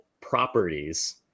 properties